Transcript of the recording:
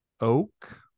oak